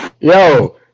Yo